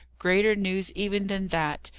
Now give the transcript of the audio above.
greater news even than that.